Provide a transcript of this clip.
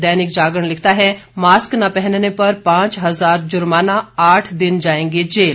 दैनिक जागरण लिखता है मास्क न पहनने पर पांच हजार जुर्माना आठ दिन जाएंगे जेल